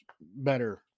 better